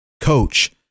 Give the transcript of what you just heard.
Coach